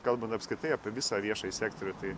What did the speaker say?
kalbant apskritai apie visą viešąjį sektorių tai